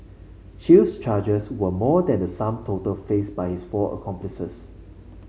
Chew's charges were more than the sum total faced by his four accomplices